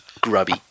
grubby